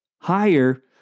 higher